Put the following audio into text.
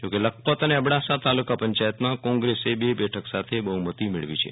જોકે લખપત અને અબડાસા તાલુકા પંચાયતમાં કોંગ્રેસે બે બેઠક સાથે બહુમતિ મેળવી છે